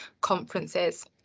conferences